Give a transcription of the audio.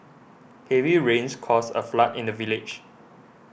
heavy rains caused a flood in the village